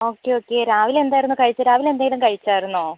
okay okay രാവിലെ എന്തായിരുന്നു കഴിച്ച രാവിലെ എന്തേലും കഴിച്ചായിരുന്നോ